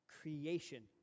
creation